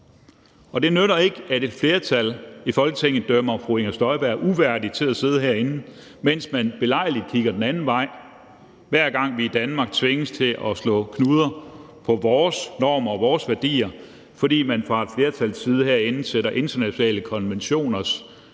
det nytter ikke, at et flertal i Folketinget dømmer fru Inger Støjberg uværdig til at sidde herinde, mens man belejligt kigger den anden vej, hver gang vi i Danmark tvinges til at slå knuder på vores normer og vores værdier, fordi man fra et flertals side herinde sætter internationale konventioners